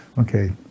Okay